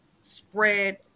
spread